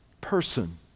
person